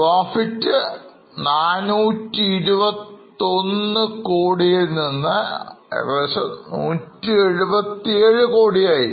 Profit 421 എന്നതിൽനിന്ന് 177 ആയി